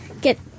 get